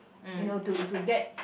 you know to to get